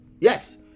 Yes